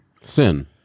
sin